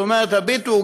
היא אומרת: הביטו,